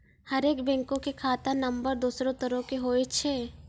हरेक बैंको के खाता नम्बर दोसरो तरह के होय छै